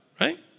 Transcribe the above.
Right